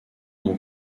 mon